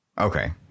Okay